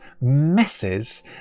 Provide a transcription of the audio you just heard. messes